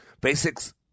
Basics